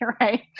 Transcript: right